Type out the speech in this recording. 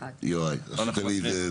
1. הצבעה ההסתייגויות לא נתקבלו יוראי נמנע.